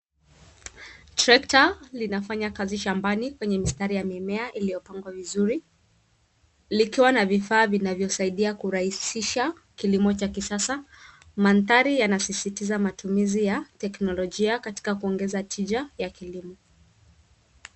Trekta linafanya kazi shambani kwenye mistari ya mimea iliyopangwa vizuri likiwa na vifaa vinavyosaidia kurahisisha kilimo cha kisasa. Mandhari yanasisitiza matumizi ya teknolojia katika kuongeza tija ya kilimo.